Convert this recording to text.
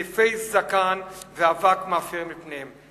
זיפי זקן ואבק מאפירים את פניהם.